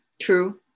true